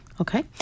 Okay